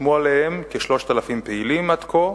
חתמו על זה כ-3,000 פעילים עד כה.